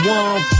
one